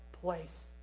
place